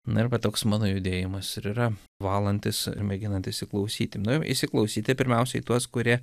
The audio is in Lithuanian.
na ir va toks mano judėjimas ir yra valantis mėginant įsiklausyti į nu įsiklausyti pirmiausia į tuos kurie